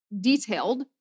detailed